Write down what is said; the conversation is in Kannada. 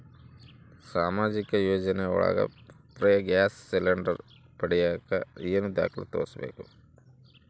ಸಾಮಾಜಿಕ ಯೋಜನೆ ಒಳಗ ಫ್ರೇ ಗ್ಯಾಸ್ ಸಿಲಿಂಡರ್ ಪಡಿಯಾಕ ಏನು ದಾಖಲೆ ತೋರಿಸ್ಬೇಕು?